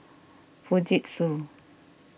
Fujitsu